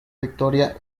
victoria